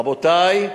רבותי,